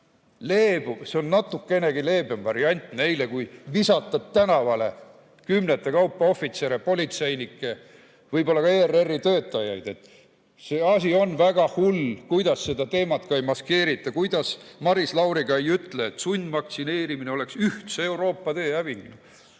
see on natukenegi leebem variant neile kui visata tänavale kümnete kaupa ohvitsere, politseinikke, võib-olla ka ERR-i töötajaid. See asi on väga hull, kuidas seda teemat ka ei maskeerita, kuidas Maris Lauri ka ei ütle, et sundvaktsineerimine oleks ühtse Euroopa tee häving.